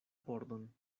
pordon